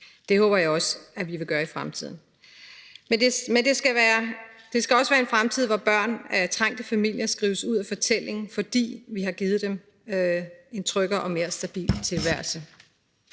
Det håber jeg også at vi vil gøre i fremtiden. Men det skal også være en fremtid, hvor børn i trængte familier skrives ud af fortællingen, fordi vi har givet dem en tryggere og mere stabil tilværelse.